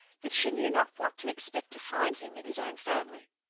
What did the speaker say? that she knew not what to expect to find him in his own family.